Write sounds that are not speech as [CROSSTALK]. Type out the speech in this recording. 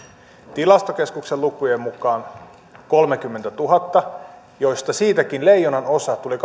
tilastokeskuksen lukujen mukaan kolmekymmentätuhatta joista niistäkin leijonanosa tuli [UNINTELLIGIBLE]